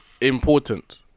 important